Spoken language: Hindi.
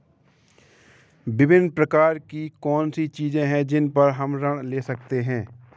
विभिन्न प्रकार की कौन सी चीजें हैं जिन पर हम ऋण ले सकते हैं?